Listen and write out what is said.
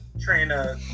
Trina